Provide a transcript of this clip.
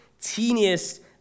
teeniest